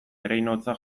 ereinotza